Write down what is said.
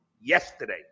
yesterday